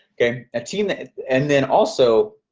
a ah team that, and then also